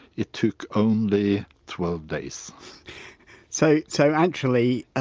it took only twelve days so, so actually,